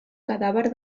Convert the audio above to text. cadàver